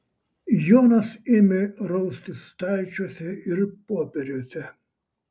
jonas ėmė raustis stalčiuose ir popieriuose